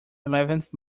eleventh